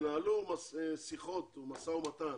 תנהלו שיחות או משא ומתן